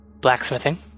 blacksmithing